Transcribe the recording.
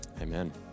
Amen